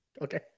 Okay